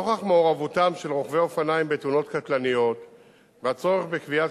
נוכח מעורבותם של רוכבי אופניים בתאונות קטלניות והצורך בקביעת